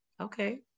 okay